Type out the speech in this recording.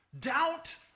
Doubt